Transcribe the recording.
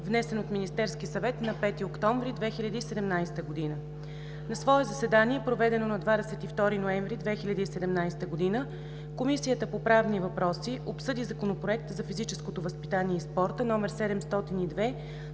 внесен от Министерския съвет на 5 октомври 2017 г. На свое заседание, проведено на 22 ноември 2017 г., Комисията по правни въпроси обсъди Законопроект за физическото възпитание и спорта, №